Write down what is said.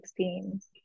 2016